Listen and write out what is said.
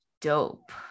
dope